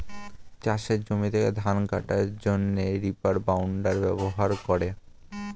চাষের জমি থেকে ধান কাটার জন্যে রিপার বাইন্ডার ব্যবহার করে